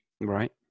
Right